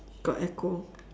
got echo